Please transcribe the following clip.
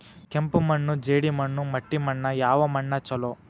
ಕೆಂಪು ಮಣ್ಣು, ಜೇಡಿ ಮಣ್ಣು, ಮಟ್ಟಿ ಮಣ್ಣ ಯಾವ ಮಣ್ಣ ಛಲೋ?